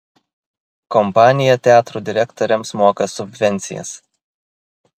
kompanija teatrų direktoriams moka subvencijas